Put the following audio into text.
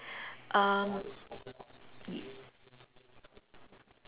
um ye~